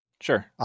Sure